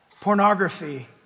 Pornography